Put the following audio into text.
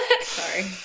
Sorry